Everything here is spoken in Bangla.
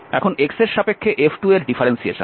x এর সাপেক্ষে F2 এর ডিফারেন্সিয়েশন